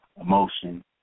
emotion